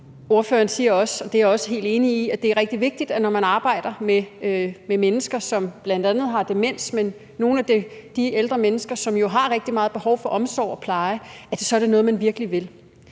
Ordføreren siger også, og det er jeg også helt enig i er rigtig vigtigt, at når man arbejder med mennesker, som bl.a. har demens, men i det hele taget nogle af de ældre mennesker, som jo har rigtig meget behov for omsorg og pleje, er det noget, man virkelig vil.